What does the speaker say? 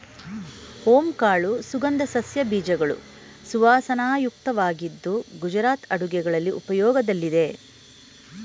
ಓಂ ಕಾಳು ಸುಗಂಧ ಸಸ್ಯ ಬೀಜಗಳು ಸುವಾಸನಾಯುಕ್ತವಾಗಿದ್ದು ಗುಜರಾತ್ ಅಡುಗೆಗಳಲ್ಲಿ ಉಪಯೋಗದಲ್ಲಿದೆ